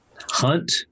hunt